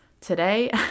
today